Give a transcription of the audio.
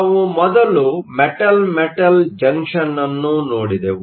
ನಾವು ಮೊದಲು metal metal junction ಅನ್ನು ನೋಡಿದೆವು